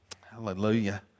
Hallelujah